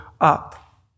up